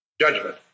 judgment